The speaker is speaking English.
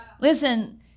listen